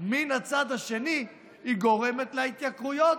מן הצד השני, היא גורמת להתייקרויות,